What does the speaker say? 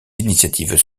initiatives